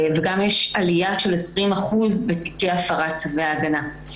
גם יש עלייה של 20% בתיקי הפרת צו הגנה.